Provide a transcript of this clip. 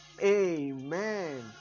Amen